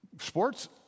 Sports